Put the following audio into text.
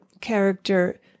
character